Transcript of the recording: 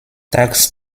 tags